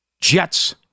Jets